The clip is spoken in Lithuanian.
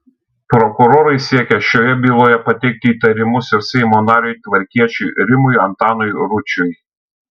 prokurorai siekia šioje byloje pateikti įtarimus ir seimo nariui tvarkiečiui rimui antanui ručiui